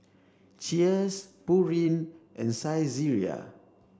cheers Pureen and Saizeriya